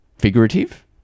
figurative